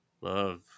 Love